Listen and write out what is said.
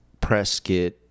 Prescott